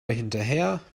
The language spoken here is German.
hinterher